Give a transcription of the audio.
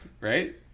right